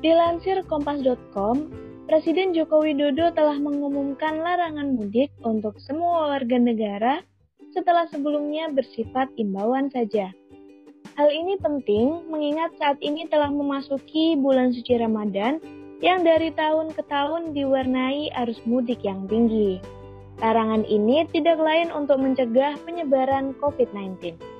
Dilansir Kompas.com, Presiden Joko Widodo telah mengumumkan larangan mudik untuk semua warga negara setelah sebelumnya bersifat imbauan saja. Hal ini penting mengingat saat ini telah memasuki bulan suci Ramadan yang dari tahun ke tahun diwarnai arus mudik yang tinggi. Larangan ini tidak lain untuk mencegah penyebaran COVID-19.